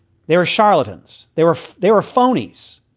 they were charlatans. they were they were phonies.